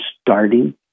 starting